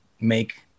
make